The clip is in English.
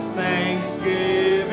thanksgiving